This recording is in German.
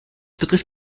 betrifft